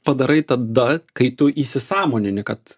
padarai tada kai tu įsisąmonini kad